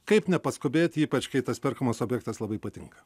kaip nepaskubėt ypač kai tas perkamas objektas labai patinka